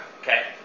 Okay